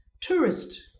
tourist